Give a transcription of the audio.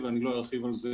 באל על או בישראייר,